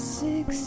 six